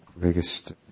biggest